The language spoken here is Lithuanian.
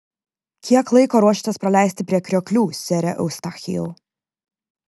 kiek laiko ruošiatės praleisti prie krioklių sere eustachijau